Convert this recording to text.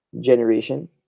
generation